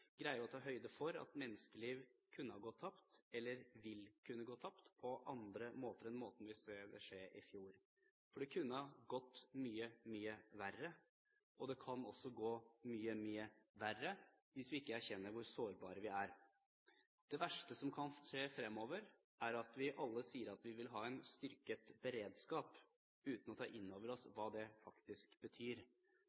å ta høyde for at menneskeliv kunne ha gått tapt, eller vil kunne gå tapt, på andre måter enn det vi så i fjor. Det kunne ha gått mye, mye verre, og det kan også gå mye, mye verre hvis vi ikke erkjenner hvor sårbare vi er. Det verste som kan skje fremover, er at vi alle sier at vi vil ha en styrket beredskap, uten å ta inn over oss